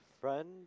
friend